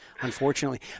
Unfortunately